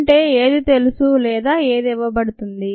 అంటే ఏది తెలుసు లేదా ఇవ్వబడుతుంది